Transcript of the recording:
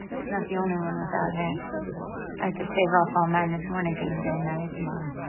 she's not the only one without hair. i had to shave off all mine this morning cause i'm getting married tomorrow.